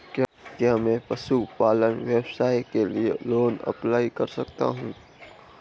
क्या मैं पशुपालन व्यवसाय के लिए लोंन अप्लाई कर सकता हूं?